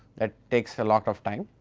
that takes a lot of time,